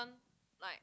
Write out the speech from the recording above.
like